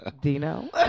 Dino